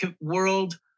world